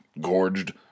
gorged